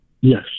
Yes